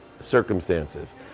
circumstances